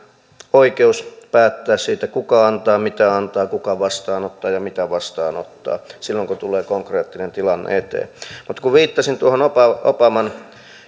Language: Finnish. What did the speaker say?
oikeus päättää siitä kuka antaa mitä antaa kuka vastaanottaa ja mitä vastaanottaa silloin kun tulee konkreettinen tilanne eteen mutta kun viittasin tuohon obaman obaman